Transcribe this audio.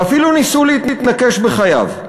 ואפילו ניסו להתנקש בחייו.